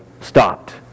stopped